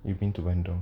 you mean to bandung